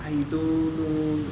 I don't know leh